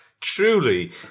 Truly